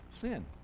Sin